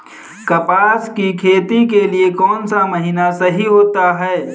कपास की खेती के लिए कौन सा महीना सही होता है?